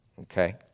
Okay